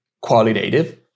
qualitative